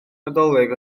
nadolig